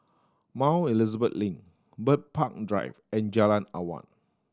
Mount Elizabeth Link Bird Park Drive and Jalan Awan